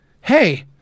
Hey